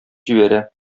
җибәрә